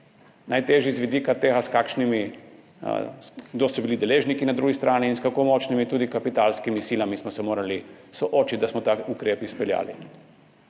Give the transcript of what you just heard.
najtežji z vidika tega, kdo so bili deležniki na drugi strani in s kako močnimi tudi kapitalskimi silami smo se morali soočiti, da smo ta ukrep izpeljali.